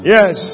Yes